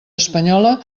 espanyola